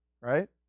right